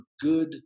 good